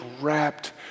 wrapped